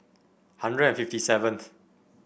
hundred and fifty seventh